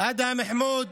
אדהם חמוד,